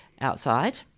outside